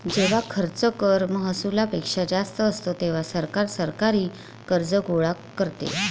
जेव्हा खर्च कर महसुलापेक्षा जास्त असतो, तेव्हा सरकार सरकारी कर्ज गोळा करते